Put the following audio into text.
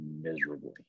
miserably